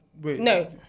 No